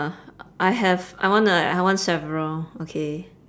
uh I have I want uh I want several okay